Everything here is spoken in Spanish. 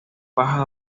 paja